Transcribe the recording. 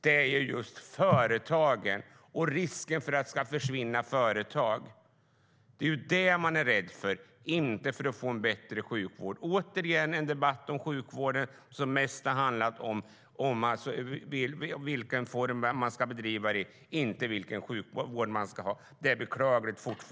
Det är just risken för att företag ska försvinna som man är rädd för. Det viktiga är inte att sjukvården ska bli bättre. Det har återigen varit en debatt om sjukvården som mest har handlat om vilken driftsform den ska bedrivas i, inte vilken sjukvård man ska ha. Det är beklagligt.